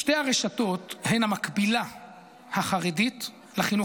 עשרות רבנים שקראו לסירוב